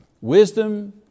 Wisdom